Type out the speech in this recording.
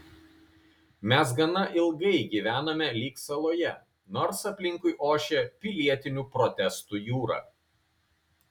mes gana ilgai gyvenome lyg saloje nors aplinkui ošė pilietinių protestų jūra